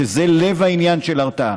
שזה לב העניין של הרתעה,